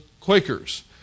Quakers